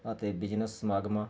ਅਤੇ ਬਿਜਨਸ ਸਮਾਗਮਾਂ